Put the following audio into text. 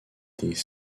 des